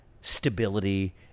stability